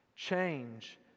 Change